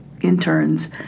interns